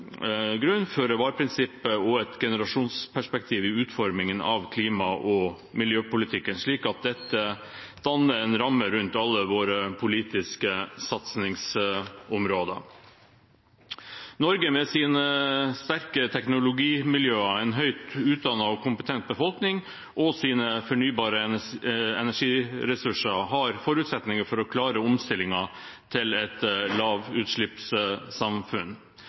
grunn føre-var-prinsippet og et generasjonsperspektiv i utformingen av klima- og miljøpolitikken, slik at dette danner en ramme rundt alle våre politiske satsingsområder. Norge med sine sterke teknologimiljøer, en høyt utdannet og kompetent befolkning og fornybare energiressurser har forutsetninger for å klare omstillingen til et lavutslippssamfunn.